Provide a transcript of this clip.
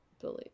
believe